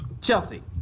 Chelsea